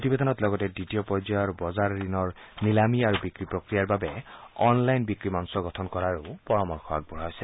প্ৰতিবেদনত লগতে দ্বিতীয় পৰ্যায়ৰ বজাৰ ঋণৰ নিলামী আৰু বিক্ৰী প্ৰক্ৰিয়াৰ বাবে অনলাইন বিক্ৰী মঞ্চ গঠন কৰাৰো পৰামৰ্শ আগবঢ়াইছে